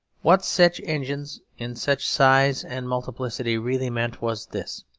what such engines, in such size and multiplicity, really meant was this